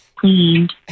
cleaned